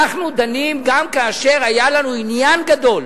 אנחנו דנים גם כאשר היה לנו עניין גדול,